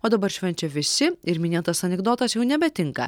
o dabar švenčia visi ir minėtas anekdotas jau nebetinka